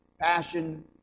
passion